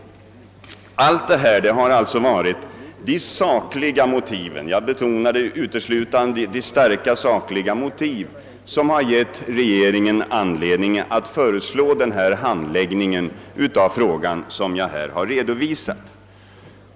Detta har alltså varit de starka sakliga motiv — jag betonar det — som givit regeringen anledning att föreslå den handläggning av frågan som jag redovisat.